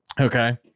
okay